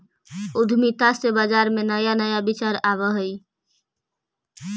उद्यमिता से बाजार में नया नया विचार आवऽ हइ